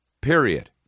period